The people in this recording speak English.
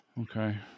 Okay